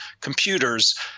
computers